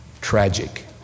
tragic